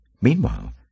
Meanwhile